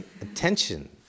Attention